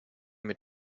mit